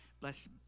Bless